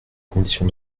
conditions